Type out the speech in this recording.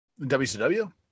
WCW